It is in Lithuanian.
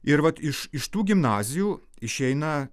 ir vat iš iš tų gimnazijų išeina